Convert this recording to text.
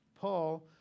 Paul